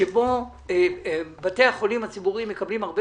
שבו בתי החולים הציבוריים מקבלים הרבה